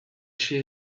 she